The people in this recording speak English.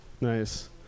Nice